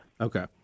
Okay